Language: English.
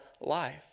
life